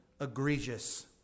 egregious